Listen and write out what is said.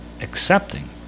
accepting